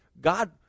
God